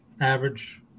average